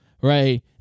right